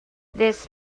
this